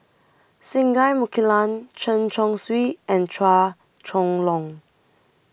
Singai Mukilan Chen Chong Swee and Chua Chong Long